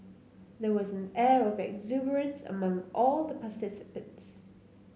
there was an air of exuberance among all the participants